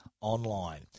online